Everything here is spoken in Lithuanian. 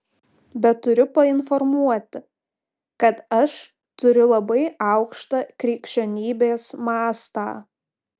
bet turiu painformuoti kad aš turiu labai aukštą krikščionybės mastą